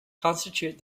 constitute